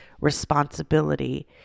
responsibility